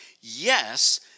Yes